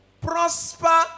Prosper